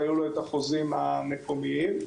והיו לו החוזים המקומיים.